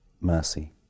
mercy